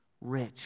rich